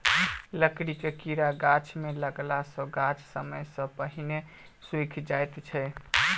लकड़ीक कीड़ा गाछ मे लगला सॅ गाछ समय सॅ पहिने सुइख जाइत छै